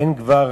אין כבר